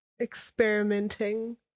experimenting